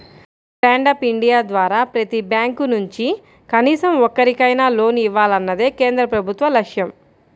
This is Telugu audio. స్టాండ్ అప్ ఇండియా ద్వారా ప్రతి బ్యాంకు నుంచి కనీసం ఒక్కరికైనా లోన్ ఇవ్వాలన్నదే కేంద్ర ప్రభుత్వ లక్ష్యం